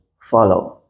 follow